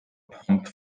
pumped